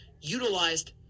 utilized